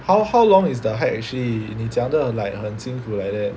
how how long is the hike actually 你讲的 like 很辛苦 like that